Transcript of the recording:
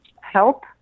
help